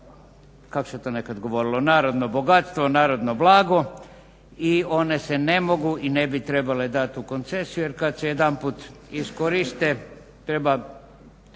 kako se to nekada govorilo, narodno bogatstvo, narodno blago i one se ne mogu i ne bi trebale dati u koncesiju. Jer kad se jedanput iskoriste treba